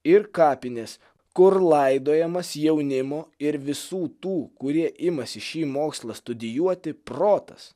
ir kapinės kur laidojamas jaunimo ir visų tų kurie imasi šį mokslą studijuoti protas